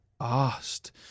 asked